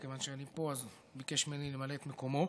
וכיוון שאני פה אז הוא ביקש ממני למלא את מקומו,